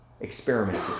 Experiment